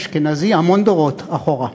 אשכנזי המון דורות אחורה.